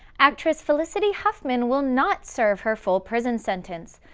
actress felicity huffman will not serve her full prison sentence.